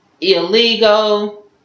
illegal